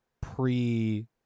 pre